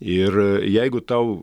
ir jeigu tau